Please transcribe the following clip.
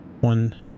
one